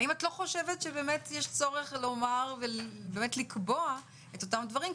האם את לא חושבת שבאמת יש צורך לומר ולקבוע את אותם דברים?